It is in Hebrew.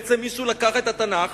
בעצם, מישהו לקח את התנ"ך